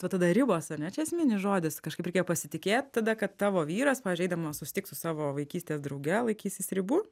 va tada ribos ane čia esminis žodis kažkaip reikėjo pasitikėt tada kad tavo vyras pavyzdžiui eidamas susitikt su savo vaikystės drauge laikysis ribų